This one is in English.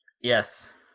Yes